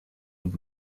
und